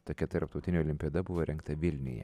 tokia tarptautinė olimpiada buvo rengta vilniuje